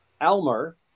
Elmer